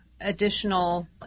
additional